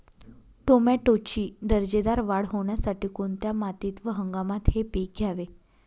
टोमॅटोची दर्जेदार वाढ होण्यासाठी कोणत्या मातीत व हंगामात हे पीक घ्यावे?